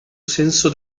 senso